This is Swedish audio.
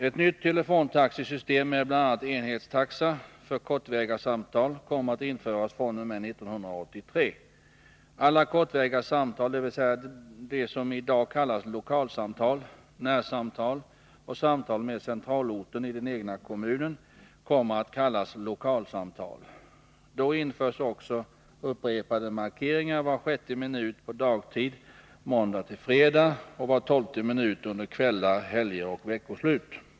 Ett nytt telefontaxesystem med bl.a. enhetstaxa för kortväga samtal kommer att införas fr.o.m. 1983. Alla kortväga samtal, dvs. de som i dag kallas lokalsamtal, närsamtal och samtal med centralorten i den egna kommunen, kommer att kallas lokalsamtal. Då införs också upprepade markeringar var sjätte minut på dagtid måndag-fredag och var tolfte minut under kvällar, helger och veckoslut.